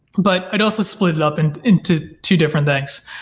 but i'd also split it up and into two different things.